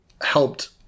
helped